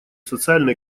социально